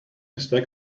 stack